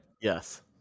Yes